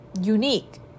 unique